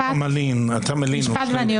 הזה.